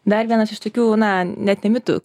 dar vienas iš tokių na net ne mitų